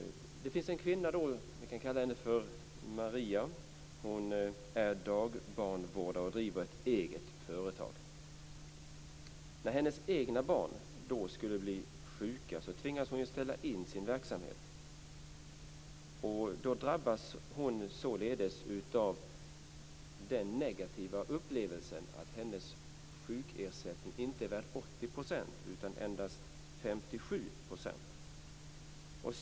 Det finns en kvinna - vi kan kalla henne för Maria När hennes egna barn blir sjuka tvingas hon ställa in sin verksamhet. Då drabbas hon av den negativa upplevelsen att hon märker att hennes sjukersättning inte är 80 % utan endast 57 %.